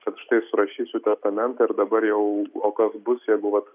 kad štai surašysiu testamentą ir dabar jau o kas bus jeigu vat